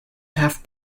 half